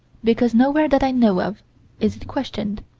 because nowhere that i know of is it questioned